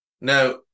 Now